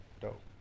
Dope